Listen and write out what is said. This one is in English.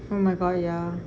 oh my god ya